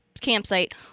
campsite